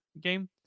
game